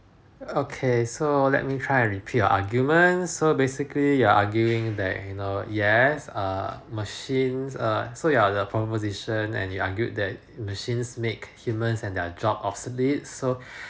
okay so let me try and repeat your arguments so basically you are arguing that you know yes err machines err so you are the proposition and you argued that machines makes human and their jobs obsolete so